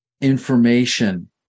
information